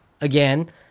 again